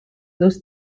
dos